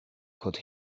could